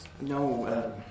No